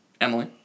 Emily